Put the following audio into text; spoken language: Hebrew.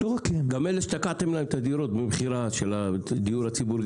גם אלה שתקעתם להם את הדירות במכירה של הדיור הציבורי,